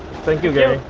thank you, gary.